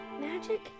Magic